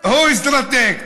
הוא אסטרטג.